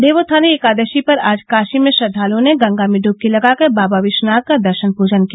देवोत्थानी एकादशी पर आज काशी में श्रद्दालुओं ने गंगा में ड्बकी लगाकर बाबा विश्वनाथ का दर्शन पूजन किया